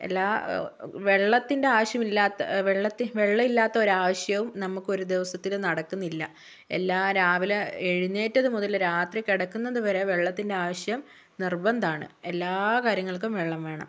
എല്ലാ വെള്ളത്തിന്റെ ആവശ്യമില്ലാത്ത വെള്ളത്തിൽ വെള്ളമില്ലാത്ത ഒരാവശ്യവും നമുക്കൊരു ദിവസത്തില് നടക്കുന്നില്ല എല്ലാ രാവിലെ എഴുന്നേറ്റത് മുതല് രാത്രി കിടക്കുന്നത് വരെ വെള്ളത്തിന്റെ ആവശ്യം നിർബന്ധമാണ് എല്ലാ കാര്യങ്ങൾക്കും വെള്ളം വേണം